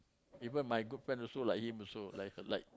even my good friend also like him also like her like